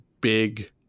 big